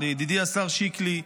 לידידי השר שיקלי,